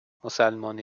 مسلمان